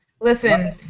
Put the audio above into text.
Listen